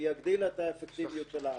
זה יגדיל את האפקטיביות של ההרתעה.